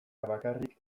bakarrik